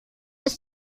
bis